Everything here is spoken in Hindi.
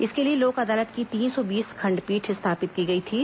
इसके लिए लोक अदालत की तीन सौ बीस खंडपीठ स्थापित की गई थीं